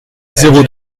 zéro